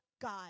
God